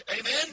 Amen